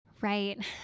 Right